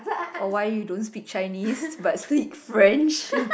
or why you don't speak Chinese but speak France